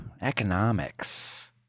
economics